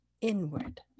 inward